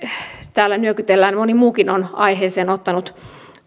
täällä nyökytellään moni muukin on aiheeseen ottanut